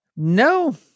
no